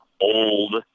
old